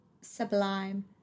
sublime